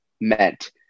meant